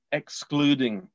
excluding